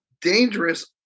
dangerous